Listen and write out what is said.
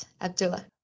Abdullah